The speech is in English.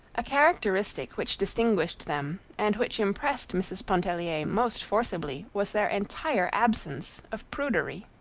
a characteristic which distinguished them and which impressed mrs. pontellier most forcibly was their entire absence of prudery.